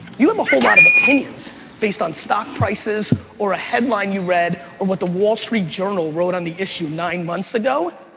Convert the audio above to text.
you have um a whole lot of opinions based on stock prices or a headline you read or what the wall street journal wrote on the issue nine months ago,